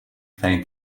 ترین